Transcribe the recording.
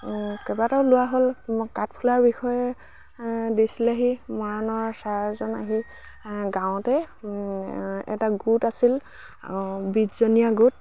কেইবাটাও লোৱা হ'ল কাঠফুলাৰ বিষয়ে দিছিলেহি মৰাণৰ চাৰ এজন আহি গাঁৱতে এটা গোট আছিল বিছজনীয়া গোট